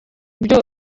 ibyo